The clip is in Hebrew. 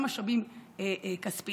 גם משאבים כספיים,